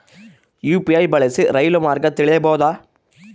UPI ಬಳಸಿ ರೈಲು ಮಾರ್ಗ ತಿಳೇಬೋದ?